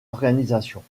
organisations